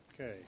Okay